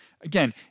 Again